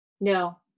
No